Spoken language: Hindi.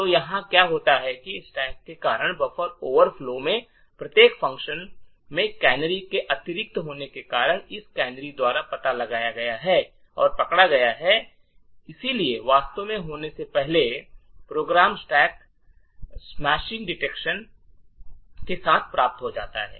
तो यहां क्या हुआ है स्टैक के कारण बफर ओवरफ्लो में प्रत्येक फ़ंक्शन में कैनरी के अतिरिक्त होने के कारण इन कैनरी द्वारा पता लगाया गया और पकड़ा गया है और इसलिए वास्तव में होने से पहले प्रोग्राम स्टैक स्मैक डिटेक्शन के साथ समाप्त हो जाता है